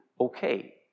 okay